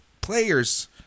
players